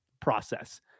process